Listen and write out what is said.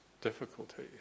difficulty